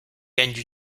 gagnent